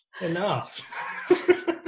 Enough